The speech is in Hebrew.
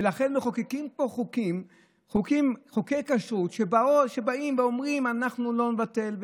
ולכן מחוקקים פה חוקי כשרות שבאים ואומרים: אנחנו לא נבטל,